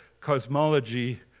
cosmology